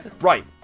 Right